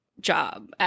job